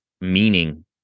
meaning